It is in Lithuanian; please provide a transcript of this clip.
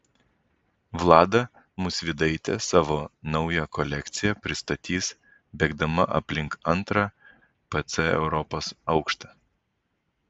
vlada musvydaitė savo naują kolekciją pristatys bėgdama aplink antrą pc europos aukštą